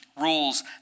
rules